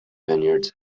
vineyards